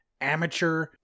amateur